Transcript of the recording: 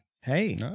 Hey